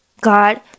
God